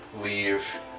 leave